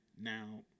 Now